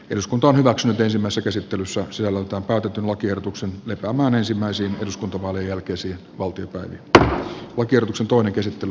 eduskunta hyväksynyt ensimmäiset esittely saa selonteon päätetyn lakiehdotuksen joka maan ensimmäiset eduskuntavaalien jälkeisiä valtioita tähti on kierroksen toinen käsittely